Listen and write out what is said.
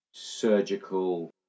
surgical